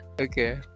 Okay